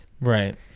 right